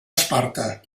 esparta